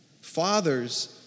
Fathers